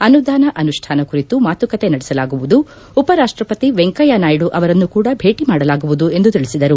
ಅನುದಾನ ಅನುಷ್ಠಾನ ಕುರಿತು ಮಾತುಕತೆ ನಡೆಸಲಾಗುವುದು ಉಪರಾಷ್ಷಪತಿ ವೆಂಕಯ್ಲನಾಯ್ದು ಅವರನ್ನು ಕೂಡ ಬೇಟ್ ಮಾಡಲಾಗುವುದು ಎಂದು ತಿಳಿಸಿದರು